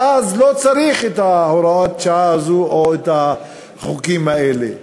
ואז לא צריך את הוראת השעה הזאת או את החוקים האלה.